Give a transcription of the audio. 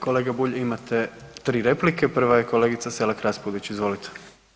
Kolega Bulj, imate 3 replike, prva je kolegica Selak Raspudić, izvolite.